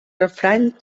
refrany